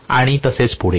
आणि असेच पुढे